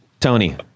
Tony